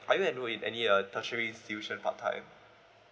are you enrolled with any uh tertiary institution part time